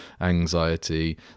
anxiety